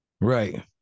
Right